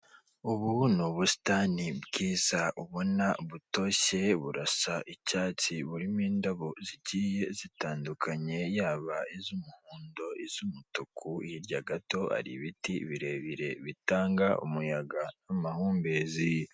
Ubu ni ubusitani bwiza ubona butoshye, burasa icyatsi, burimo indabo zigiye zitandukanye, yaba iz'umuhondo, iz'umutuku. Hirya gato hari ibiti birebire bitanga umuyaga n'amahumbezi.